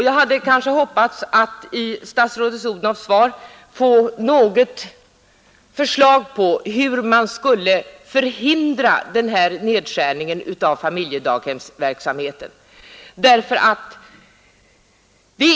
Jag hade hoppats att i statsrådet Odhnoffs svar få något förslag på hur man skall förhindra nedskärningen av familjedaghemsverksamheten.